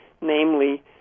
namely